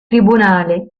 tribunale